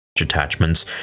attachments